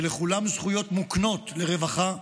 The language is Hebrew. ולכולם זכויות מוקנות לרווחה,